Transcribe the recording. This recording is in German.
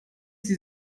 sie